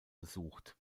besucht